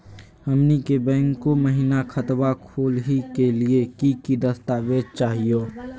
हमनी के बैंको महिना खतवा खोलही के लिए कि कि दस्तावेज चाहीयो?